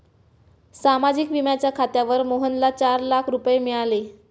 सामाजिक विम्याच्या खात्यावर मोहनला चार लाख रुपये मिळाले